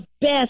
best